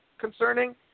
concerning